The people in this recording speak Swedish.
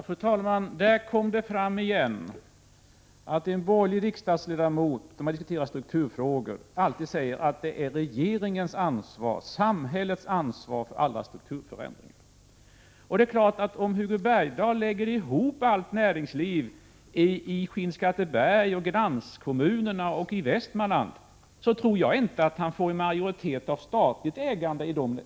Fru talman! Där kom det fram igen! När man diskuterar strukturfrågor säger en borgerlig riksdagsledamot alltid att det är regeringen och samhället som har ansvaret för alla strukturförändringar. Hugo Bergdahl kan naturligtvis lägga ihop allt näringsliv i Skinnskatteberg och dess kranskommuner och i Västmanland. Men jag tror inte att han då finner att det är en majoritet av statligt ägande i företagen.